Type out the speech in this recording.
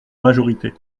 majorité